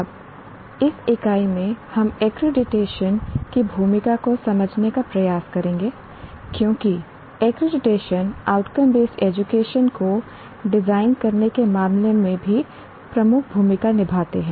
अब इस इकाई में हम एक्रीडिटेशन की भूमिका को समझने का प्रयास करेंगे क्योंकि एक्रीडिटेशन आउटकम बेस्ड एजुकेशन को डिजाइन करने के मामले में भी प्रमुख भूमिका निभाते हैं